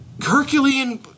Herculean